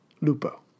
Lupo